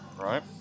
right